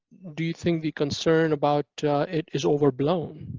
do you think the concern about it is overblown?